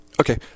Okay